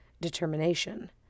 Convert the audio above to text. determination